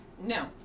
no